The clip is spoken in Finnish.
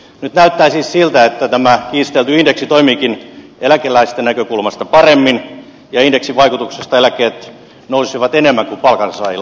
nyt näyttää siis siltä että tämä kiistelty indeksi toimiikin eläkeläisten näkökulmasta paremmin ja indeksin vaikutuksesta eläkkeet nousisivat enemmän kuin palkansaajilla